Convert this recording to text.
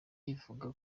bivuga